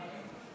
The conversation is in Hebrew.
בעד אפרת רייטן